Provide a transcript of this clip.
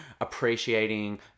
appreciating